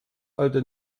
alte